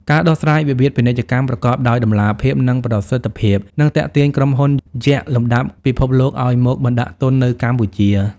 ការដោះស្រាយវិវាទពាណិជ្ជកម្មប្រកបដោយតម្លាភាព និងប្រសិទ្ធភាព នឹងទាក់ទាញក្រុមហ៊ុនយក្សលំដាប់ពិភពលោកឱ្យមកបណ្ដាក់ទុននៅកម្ពុជា។